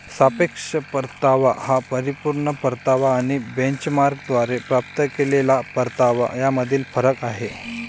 सापेक्ष परतावा हा परिपूर्ण परतावा आणि बेंचमार्कद्वारे प्राप्त केलेला परतावा यामधील फरक आहे